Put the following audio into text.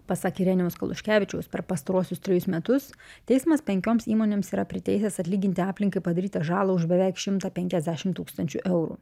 pasak irenijaus kaluškevičiaus per pastaruosius trejus metus teismas penkioms įmonėms yra priteisęs atlyginti aplinkai padarytą žalą už beveik šimtą penkiasdešimt tūkstančių eurų